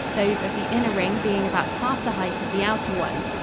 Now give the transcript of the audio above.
those of the inner ring being about half the height of the outer ones.